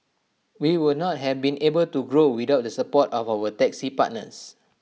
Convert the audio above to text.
we would not have been able to grow without the support of our taxi partners